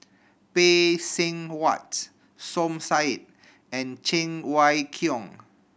Phay Seng Whatt Som Said and Cheng Wai Keung